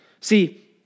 See